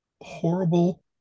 horrible